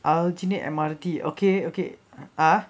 aljunied M_R_T okay okay